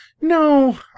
No